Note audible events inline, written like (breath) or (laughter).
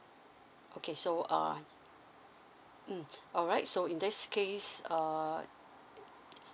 okay so uh mm (breath) alright so in this case err